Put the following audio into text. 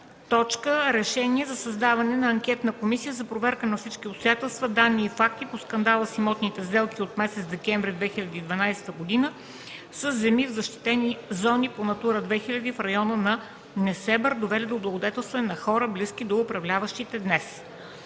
Проект за решение за създаване на анкетна комисия за проверка на всички обстоятелства, данни и факти по скандала с имотните сделки от месец декември 2012 г. със земи в защитени зони по „НАТУРА 2000” в района на Несебър, довели до облагодетелстване на хора, близки до управляващите днес.